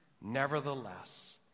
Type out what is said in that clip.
Nevertheless